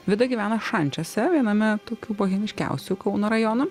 vida gyvena šančiuose viename tokių bohemiškiausių kauno rajonų